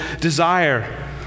desire